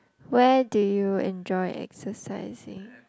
where do you enjoy exercising